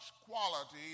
quality